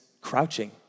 crouching